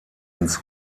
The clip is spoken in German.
ins